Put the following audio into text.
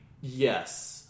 yes